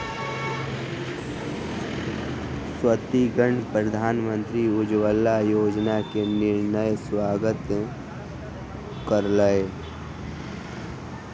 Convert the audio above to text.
स्त्रीगण प्रधानमंत्री उज्ज्वला योजना के निर्णयक स्वागत कयलक